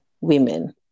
women